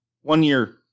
one-year